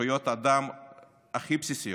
בזכויות האדם הכי בסיסיות: